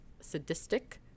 sadistic